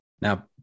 Now